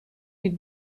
die